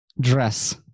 dress